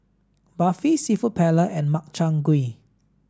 Barfi Seafood Paella and Makchang gui